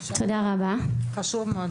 תודה רבה.) חשוב מאוד.